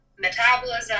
metabolism